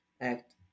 act